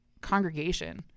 congregation